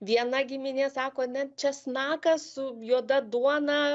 viena giminė sako net česnakas su juoda duona